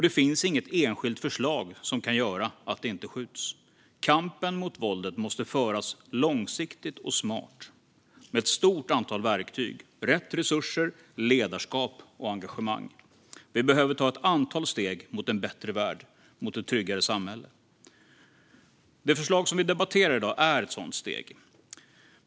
Det finns inget enskilt förslag som kan göra så att det inte skjuts. Kampen mot våldet måste föras långsiktigt och smart, med ett stort antal verktyg, rätt resurser, ledarskap och engagemang. Vi behöver ta ett antal steg mot en bättre värld och mot ett tryggare samhälle. Det förslag vi debatterar i dag är ett sådant steg.